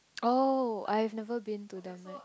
oh I have never been to the Mac